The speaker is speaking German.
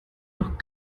noch